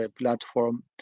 platform